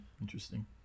interesting